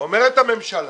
אומרת הממשלה,